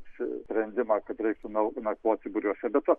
apsisprendimą kad reiktų na nakvoti būriuose be to